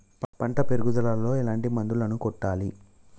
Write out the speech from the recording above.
పంట పెరుగుదలలో ఎట్లాంటి మందులను కొట్టాలి?